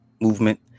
movement